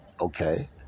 Okay